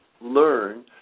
learn